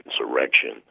insurrection